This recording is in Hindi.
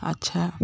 अच्छा